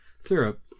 syrup